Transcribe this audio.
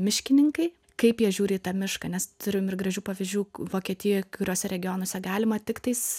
miškininkai kaip jie žiūri į tą mišką nes turim ir gražių pavyzdžių vokietijoj kuriuose regionuose galima tik tais